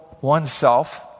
oneself